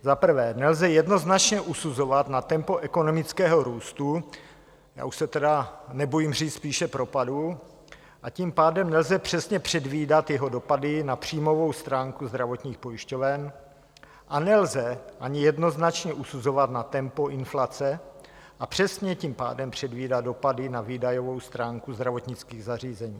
Za prvé nelze jednoznačně usuzovat na tempo ekonomického růstu, já už se tedy nebojím říct spíše propadu, a tím pádem nelze přesně předvídat jeho dopady na příjmovou stránku zdravotních pojišťoven a nelze ani jednoznačně usuzovat na tempo inflace a přesně tím pádem předvídat dopady na výdajovou stránku zdravotnických zařízení.